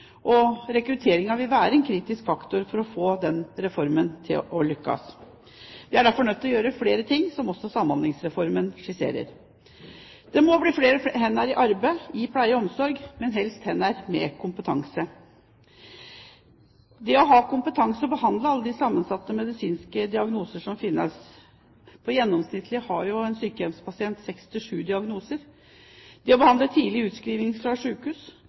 resten? Rekrutteringen vil være en kritisk faktor for om man lykkes med denne reformen. Vi er derfor nødt til å gjøre flere ting, som også Samhandlingsreformen skisserer. Det må bli flere hender i arbeid i pleie og omsorg, men helst hender med kompetanse. Det å ha kompetanse til å behandle alle de sammensatte medisinske diagnoser som finnes, gjennomsnittlig har en sykehjemspasient seks til sju diagnoser, og det å behandle tidlig utskrevne pasienter fra